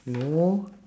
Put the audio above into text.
no